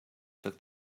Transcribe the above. took